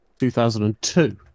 2002